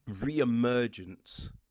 re-emergence